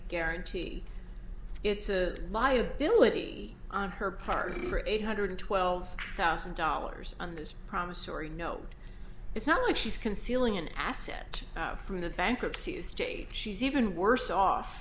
guarantee it's a liability on her part for eight hundred twelve thousand dollars on this promissory note it's not like she's concealing an asset from the bankruptcy estate she's even worse off